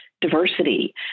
diversity